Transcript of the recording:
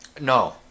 No